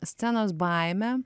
scenos baimę